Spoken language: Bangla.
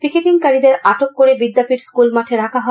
পিকেটিংকারীদের আটক করে বিদ্যাপীঠ স্কুল মাঠে রাখা হয়